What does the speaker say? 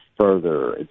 further